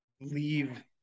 leave